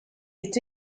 est